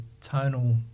tonal